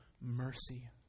mercy